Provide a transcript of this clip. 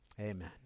Amen